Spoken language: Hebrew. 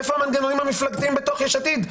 איפה המנגנונים המפלגתיים המפקדים בתוך יש עתיד?